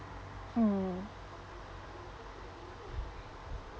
mm